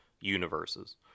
universes